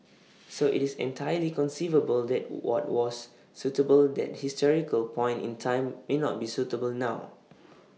so IT is entirely conceivable that what was suitable that historical point in time may not be suitable now